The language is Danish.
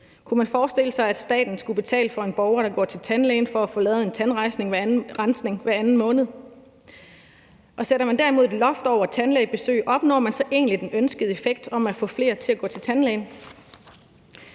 Kunne man forestille sig, at staten skulle betale for en borger, der går til tandlægen for at få lavet en tandrensning hver anden måned? Sætter man derimod et loft over tandlægebesøg, opnår man så egentlig den ønskede effekt om at få flere til at gå til tandlægen?